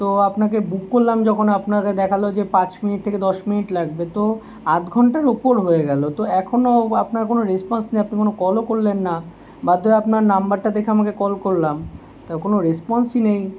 তো আপনাকে বুক করলাম যখন আপনাকে দেখালো যে পাঁচ মিনিট থেকে দশ মিনিট লাগবে তো আধ ঘন্টার ওপর হয়ে গেলো তো এখনও আপনার কোনো রেসপন্স নেই আপনি কোনো কলও করলেন না বাধ্য হয়ে আপানার নাম্বারটা দেখে আমাকে কল করলাম তা কোনো রেসপন্সই নেই